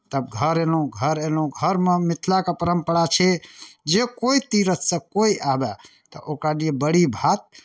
तब घर अयलहुँ घर अयलहुँ घरमे मिथिलाके परम्परा छै जे कोइ तीरथसँ कोइ आबए तऽ ओकरा लिए बड़ी भात